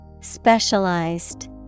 Specialized